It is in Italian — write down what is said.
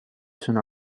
sono